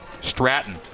Stratton